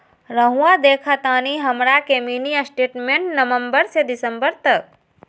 रहुआ देखतानी हमरा के मिनी स्टेटमेंट नवंबर से दिसंबर तक?